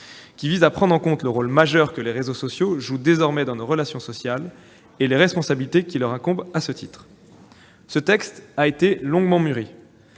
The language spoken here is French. qui vise à prendre en compte le rôle majeur que les réseaux sociaux jouent désormais dans nos relations sociales et les responsabilités qui leur incombent à ce titre. Ce texte a été longuement mûri,